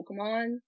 Pokemon